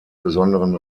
besonderen